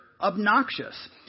obnoxious